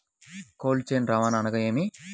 Cold chain రవాణా అనగా నేమి?